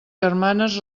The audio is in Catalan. germanes